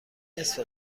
نصف